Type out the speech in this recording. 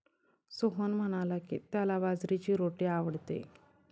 सोहन म्हणाला की, त्याला बाजरीची रोटी आवडते